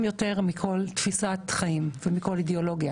יותר מכל תפיסת חיים ומכל אידיאולוגיה